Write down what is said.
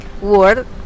word